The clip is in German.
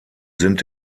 sind